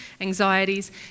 anxieties